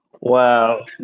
Wow